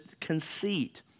conceit